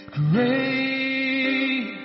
great